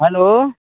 hello